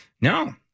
No